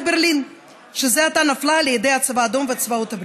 ברלין שזה עתה נפלה לידי הצבא האדום וצבאות הברית.